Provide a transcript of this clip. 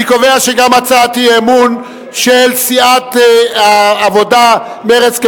אני קובע שגם הצעת האי-אמון של סיעות העבודה ומרצ,